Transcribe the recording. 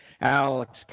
Alex